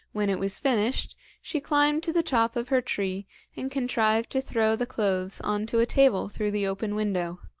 when it was finished she climbed to the top of her tree and contrived to throw the clothes on to a table through the open window.